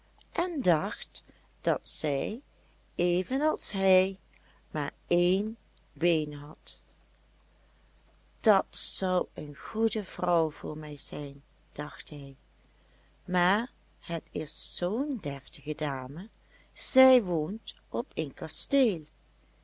en dacht dat zij evenals hij maar één been had dat zou een goede vrouw voor mij zijn dacht hij maar het is zoo'n deftige dame zij woont op een kasteel